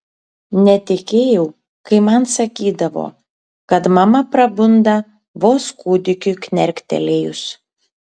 netikėjau kai man sakydavo kad mama prabunda vos kūdikiui knerktelėjus